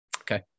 Okay